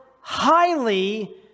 highly